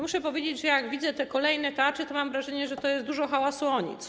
Muszę powiedzieć, że jak widzę te kolejne tarcze, to mam wrażenie, że jest dużo hałasu o nic.